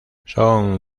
son